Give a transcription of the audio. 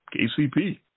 KCP